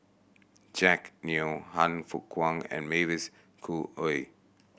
Jack Neo Han Fook Kwang and Mavis Khoo Oei